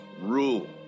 rule